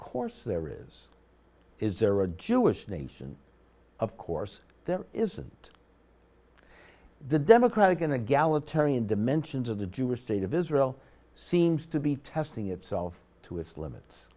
course there is is there a jewish nation of course there isn't the democratic and the gala tarion dimensions of the jewish state of israel seems to be testing itself to its limits